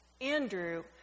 Andrew